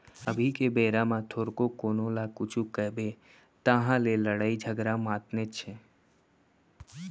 अभी के बेरा म थोरको कोनो ल कुछु कबे तहाँ ले लड़ई झगरा मातनेच हे